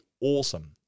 awesome